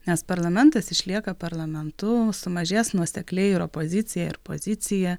nes parlamentas išlieka parlamentu sumažės nuosekliai ir opozicija ir pozicija